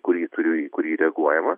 kurį turiu į kurį reaguojama